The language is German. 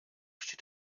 steht